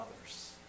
others